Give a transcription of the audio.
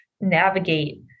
navigate